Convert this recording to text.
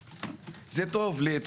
זה טוב ליהודיןם?